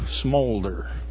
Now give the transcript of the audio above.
smolder